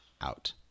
out